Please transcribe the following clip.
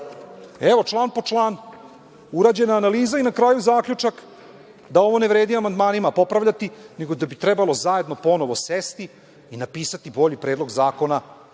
Evo, član po član, urađena analiza i na kraju zaključak da ovo ne vredi amandmanima popravljati, nego da bi trebali zajedno ponovo sesti i napisati bolji predlog zakona